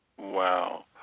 Wow